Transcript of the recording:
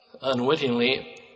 unwittingly